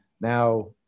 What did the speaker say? now